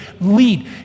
lead